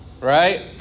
right